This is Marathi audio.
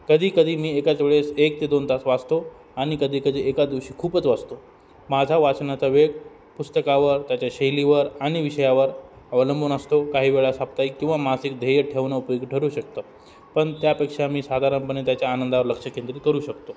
कधीकधी मी एकाच वेळेस एक ते दोन तास वाचतो आणि कधीकधी एका दिवशी खूपच वाचतो माझा वाचनाचा वेग पुस्तकावर त्याच्या शैलीवर आणि विषयावर अवलंबून असतो काही वेळा साप्ताहिक किंवा मासिक ध्येय ठेवणं उपयोगी ठरू शकतं पण त्यापेक्षा मी साधारणपणे त्याच्या आनंदावर लक्ष केंद्रित करू शकतो